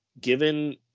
given